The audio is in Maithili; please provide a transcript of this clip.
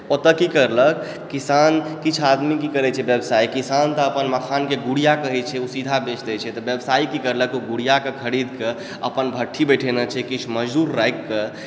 ओतय की करलक किसान किछु आदमी की करै छै व्यवसाय किसान तऽ अपन मखानके गुड़िया कहै छै ओ सीधा बेच दैत छै तऽ व्यवसायी की करलक गुड़ियाकेँ खरीदकऽ अपन भट्ठी बैठेने छै किछु मजदूर राखिकऽ